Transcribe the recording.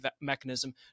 mechanism